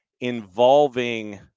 involving